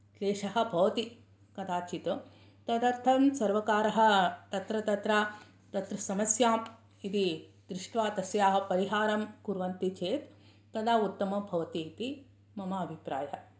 क्लेशः भवति कदाचित् तदर्थं सर्वकारः तत्र तत्र तत्र समस्यां यदि दृष्ट्वा तस्याः परिहारं कुर्वन्ति चेत् तदा उत्तमं भवति इति मम अभिप्रायः